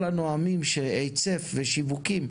כל הנואמים שהצף ושיווקים,